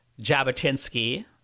Jabotinsky